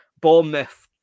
Bournemouth